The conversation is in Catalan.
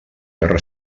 guerra